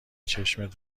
چشمت